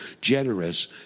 generous